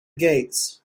gates